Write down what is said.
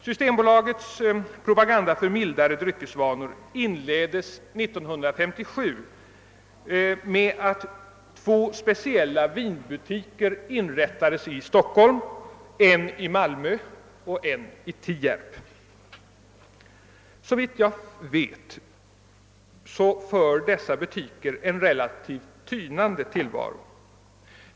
Systembolagets propaganda för mildare dryckesvanor inleddes 1957 med att två speciella vinbutiker inrättades i Stockholm samt en i Malmö och en i Tierp. Såvitt jag vet för dessa butiker en relativt tynande tillvaro.